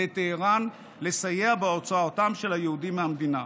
לטהרן לסייע בהוצאתם של היהודים מהמדינה.